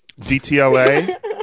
DTLA